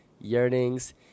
Yearnings